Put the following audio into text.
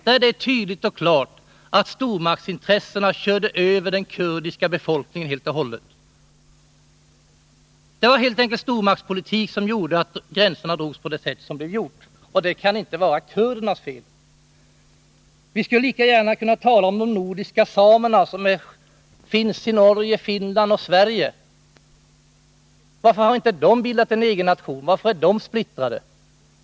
Och det är tydligt och klart att stormaktsintressena då körde över den kurdiska befolkningen helt och hållet. Det var helt enkelt stormaktspolitik som gjorde att gränserna drogs på det sätt som skedde. Och det kan inte vara kurdernas fel. Vi skulle lika gärna kunna tala om de nordiska samerna som finns i Norge, Finland och Sverige. Varför har de inte bildat en egen nation? Varför är de splittrade?